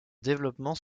développement